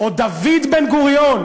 או דוד בן-גוריון,